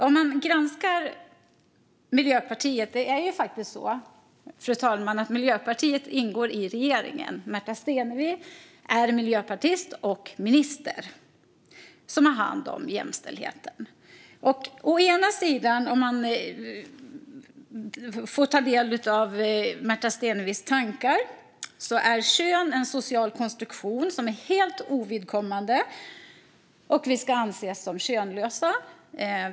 Om man granskar Miljöpartiet - det är ju faktiskt så, fru talman, att Miljöpartiet ingår i regeringen, och Märta Stenevi är miljöpartist och minister med ansvar för jämställdheten - och får ta del av Märta Stenevis tankar finner man att å ena sidan är kön en social konstruktion som är helt ovidkommande. Vi ska anses som könlösa.